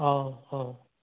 অঁ অঁ